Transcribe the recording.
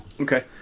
Okay